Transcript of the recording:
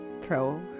throw